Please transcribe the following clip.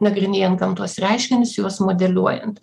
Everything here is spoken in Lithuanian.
nagrinėjant gamtos reiškinius juos modeliuojant